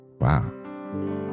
Wow